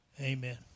Amen